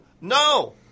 No